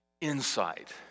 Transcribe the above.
insight